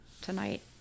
tonight